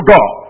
God